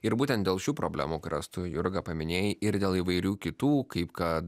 ir būtent dėl šių problemų kurias tu jurgą paminėjai ir dėl įvairių kitų kaip kad